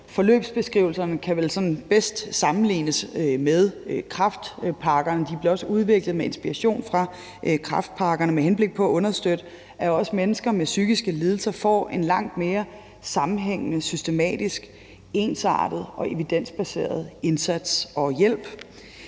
Forløbsbeskrivelserne kan vel sådan bedst sammenlignes med kræftpakkerne, og de blev også udviklet med inspiration fra kræftpakkerne med henblik på at understøtte, at også mennesker med psykiske lidelser får en langt mere sammenhængende, systematisk, ensartet og evidensbaseret indsats og hjælp.